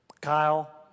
Kyle